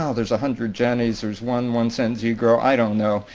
um there's a hundred jenny's, there's one one cent z-grill. i don't know.